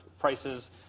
prices